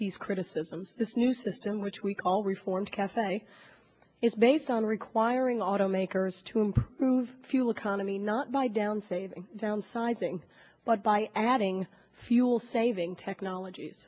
these criticisms this new system which we call reform cafe is based on requiring automakers to improve fuel economy not by down saving downsizing but by adding fuel saving technologies